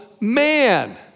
man